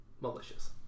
malicious